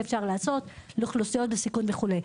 אפשר לעשות לאוכלוסיות בסיכון וכדומה.